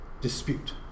dispute